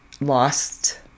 lost